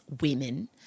women